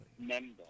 member